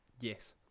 Yes